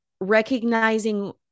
recognizing